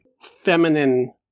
feminine